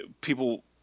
people